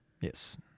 Yes